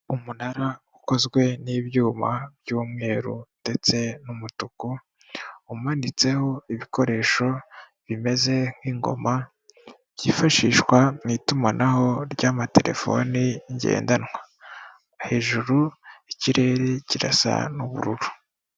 Umunara ukozwe n'ibyuma by'umweru, ndetse n'umutuku, umanitseho ibikoresho bimeze nk'ingoma byifashishwa mu itumanaho ry'amaterefone ngendanwa. Hejuru ikirere kirasa n'ubururu.